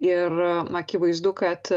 ir akivaizdu kad